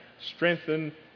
strengthen